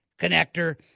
connector